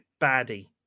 baddie